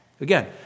Again